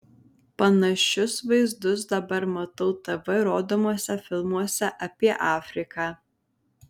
panašius vaizdus dabar matau tv rodomuose filmuose apie afriką